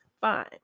fine